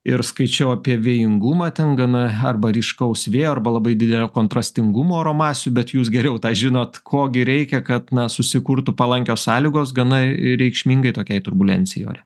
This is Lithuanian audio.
ir skaičiau apie vėjingumą ten gana arba ryškaus vėjo arba labai didelio kontrastingumo oro masių bet jūs geriau tą žinot ko gi reikia kad na susikurtų palankios sąlygos gana reikšmingai tokiai turbulencijai ore